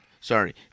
Sorry